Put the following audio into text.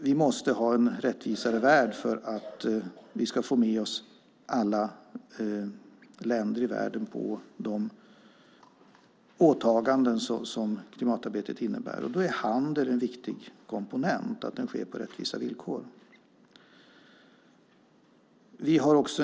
Vi måste ha en rättvisare värld om vi ska kunna få med oss alla länder i världen på de åtaganden som klimatarbetet innebär. Då är handeln och att den sker på rättvisa villkor en viktig komponent.